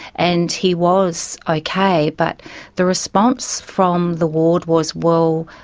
and he was okay, but the response from the ward was, well,